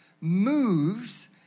moves